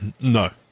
No